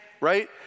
Right